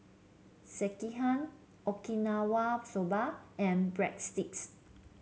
Sekihan Okinawa Soba and Breadsticks